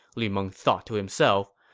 lu meng thought to himself.